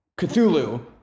Cthulhu